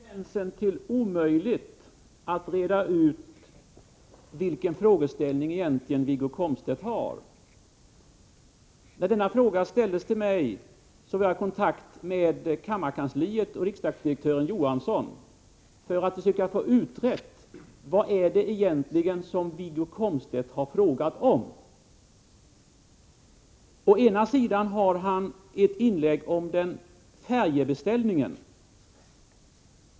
Herr talman! Det är på gränsen till omöjligt att reda ut vilken fråga som Wiggo Komstedt egentligen vill ha svar på. När denna fråga ställdes till mig tog jag kontakt med kammarkansliet och riksdagsdirektören Sune Johansson för att försöka få utrett vad Wiggo Komstedt egentligen hade frågat om. Först nämner han färjebeställningen.